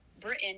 Britain